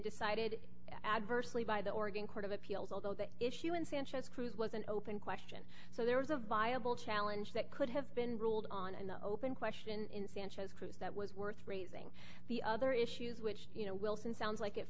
decided adversely by the oregon court of appeals although the issue in sanchez cruz was an open question so there was a viable challenge that could have been ruled on an open question in sanchez cruz that was worth raising the other issues which you know wilson sounds like